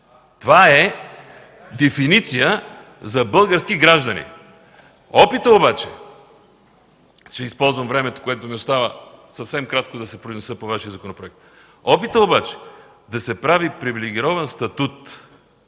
Това е дефиниция за български гражданин. Ще използвам времето, което ми остава, съвсем кратко да се произнеса по Вашия законопроект – опитът обаче да се прави привилегирован статут